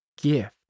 gift